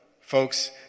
folks